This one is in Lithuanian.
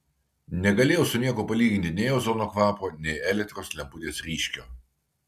negalėjau su niekuo palyginti nei ozono kvapo nei elektros lemputės ryškio